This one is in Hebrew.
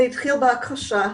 זה התחיל בהכחשה.